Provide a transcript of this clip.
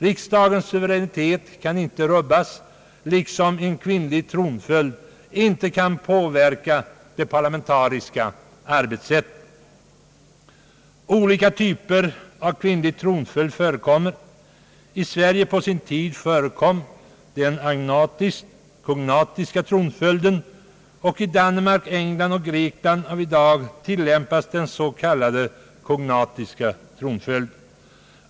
Riksdagens suveränitet kan inte rubbas, och kvinnlig tronföljd kan inte påverka det parlamentariska arbetssättet. Olika typer av kvinnlig tronföljd förekommer. I Sverige förekom på sin tid den agnatisk-kognatiska tronföljden, och i Danmark, England och Grekland av i dag tillämpas den s.k. kognatiska tronföljden.